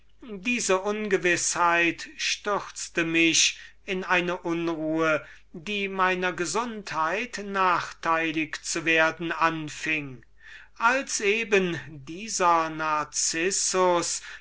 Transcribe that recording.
diese ungewißheit stürzte mich in eine unruhe die meiner gesundheit nachteilig zu werden anfing als eben dieser narcissus